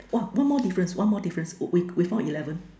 !wah! one more difference one more difference we we found eleven